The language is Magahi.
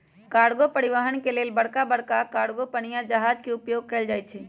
कार्गो परिवहन के लेल बड़का बड़का कार्गो पनिया जहाज के उपयोग कएल जाइ छइ